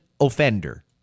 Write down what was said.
offender